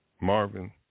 Marvin